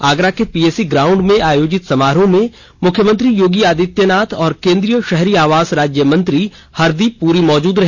आगरा के PAC ground में आयोजित समारोह में मुख्यमंत्री योगी आदित्य नाथ और केंद्रीय शहरी आवास राज्यमंत्री हरदीप पुरी मौजूद रहे